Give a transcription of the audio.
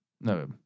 No